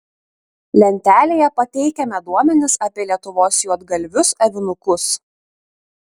lentelėje pateikiame duomenis apie lietuvos juodgalvius avinukus